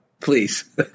Please